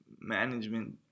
management